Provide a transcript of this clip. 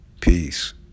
Peace